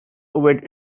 were